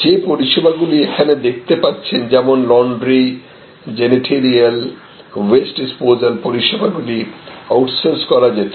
যে পরিষেবাগুলি এখানে দেখতে পাচ্ছেন যেমন লন্ড্রী জ্যানিটরিয়াল ওয়েস্ট ডিসপোজাল পরিষেবাগুলি আউটসোর্স করা যেত